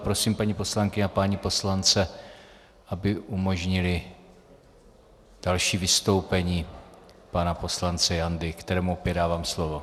Prosím paní poslankyně a pány poslance, aby umožnili další vystoupení pana poslance Jandy, kterému opět dávám slovo.